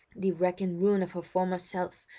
the wreck and ruin of her former self,